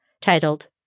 titled